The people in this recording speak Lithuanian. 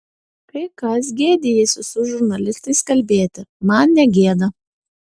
kai kas gėdijasi su žurnalistais kalbėti man negėda